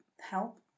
help